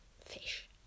fish